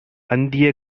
அந்திய